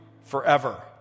forever